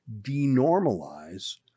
denormalize